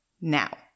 Now